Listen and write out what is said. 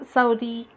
Saudi